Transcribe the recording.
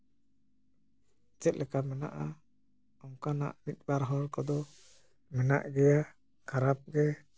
ᱪᱮᱫᱞᱮᱠᱟ ᱢᱮᱱᱟᱜᱼᱟ ᱚᱱᱠᱟᱱᱟᱜ ᱢᱤᱫ ᱵᱟᱨ ᱦᱚᱨ ᱠᱚᱫᱚ ᱢᱮᱱᱟᱜ ᱜᱮᱭᱟ ᱠᱷᱟᱨᱟᱯ ᱜᱮ